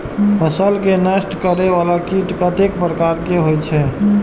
फसल के नष्ट करें वाला कीट कतेक प्रकार के होई छै?